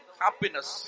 happiness